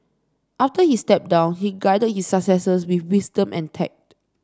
after he stepped down he guided his successors with wisdom and tact